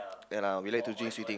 ya lah we like to drink sweet thing